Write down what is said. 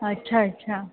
अच्छा अच्छा